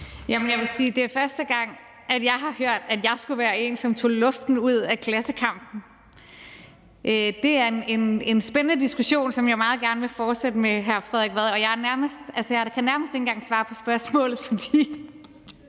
(EL): Jeg vil sige, det er første gang, jeg har hørt, at jeg skulle være en, som tog luften ud af klassekampen. Det er en spændende diskussion, som jeg meget gerne vil fortsætte med hr. Frederik Vad, og jeg kan nærmest ikke engang svare på spørgsmålet, for